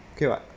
okay what